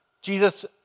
Jesus